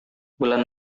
bulan